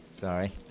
Sorry